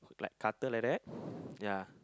like cutter like that ya